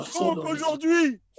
aujourd'hui